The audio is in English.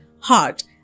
heart